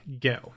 go